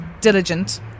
diligent